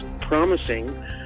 promising